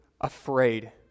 afraid